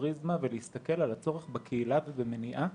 הפריזמה ולהסתכל על הצורך בקהילה ובמניעה.